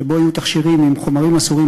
שיהיו בו תכשירים עם חומרים אסורים,